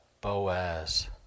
Boaz